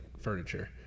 furniture